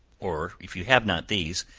or if you have not these,